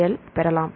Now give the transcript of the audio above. L பெறலாம்